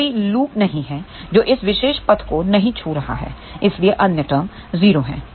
कोई लूप नहीं है जो इस विशेष पथ को नहीं छू रहा है इसलिए अन्य टर्म 0 हैं